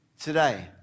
today